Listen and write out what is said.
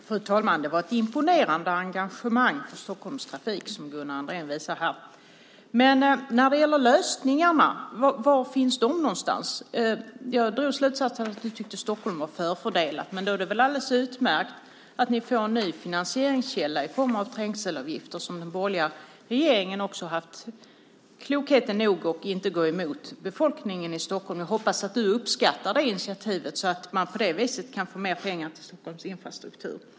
Fru talman! Det var ett imponerande engagemang för Stockholms trafik som Gunnar Andrén visade här. Men var finns lösningarna någonstans? Jag drog slutsatsen att du tyckte att Stockholm var förfördelat. Men då är det väl alldeles utmärkt att ni får en ny finansieringskälla i form av trängselavgifter. Den borgerliga regeringen har ju haft klokhet nog att inte gå emot befolkningen i Stockholm. Jag hoppas att du uppskattar det initiativet, att man på det viset kan få mer pengar till Stockholms infrastruktur.